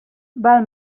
val